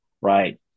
right